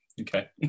okay